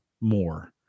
more